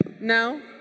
No